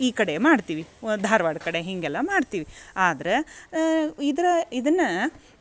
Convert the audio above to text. ಈ ಕಡೆ ಮಾಡ್ತೀವಿ ವ ಧಾರ್ವಾಡ ಕಡೆ ಹೀಗೆಲ್ಲ ಮಾಡ್ತೀವಿ ಆದ್ರೆ ಇದರ ಇದನ್ನು